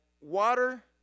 water